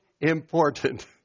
important